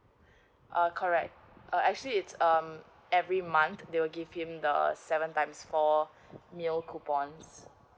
uh correct but actually it's um every month they will give him the seven times for meal coupons